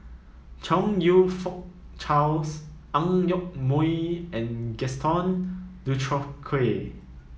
Chong You Fook Charles Ang Yoke Mooi and Gaston Dutronquoy